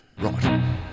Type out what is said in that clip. right